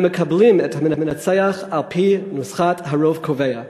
אנו מקבלים את המנצח על-פי נוסחת "הרוב קובע".